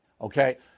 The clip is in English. Okay